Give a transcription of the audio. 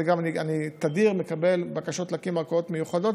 אני מקבל תדיר בקשות להקים ערכאות מיוחדות,